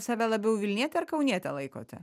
save labiau vilniete ar kauniete laikote